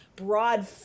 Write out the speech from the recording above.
broad